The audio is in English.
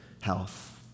health